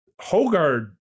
Hogard